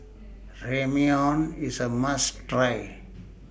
Ramyeon IS A must Try